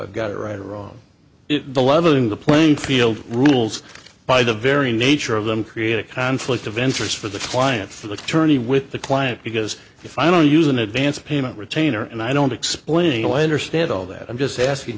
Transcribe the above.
i got it right or wrong the leveling the playing field rules by the very nature of them create a conflict of interest for the client for the attorney with the client because if i don't use an advance payment retainer and i don't explain away understand all that i'm just asking